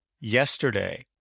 yesterday